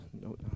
no